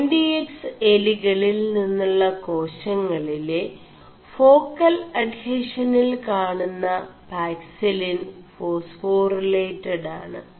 M D X എലികളിൽ നിMുø േകാശÆളിെല േഫാ ൽ അഡ്െഹഷനിൽ കാണുM പാക േഫാസ്േഫാറിേലഡ് ആണ്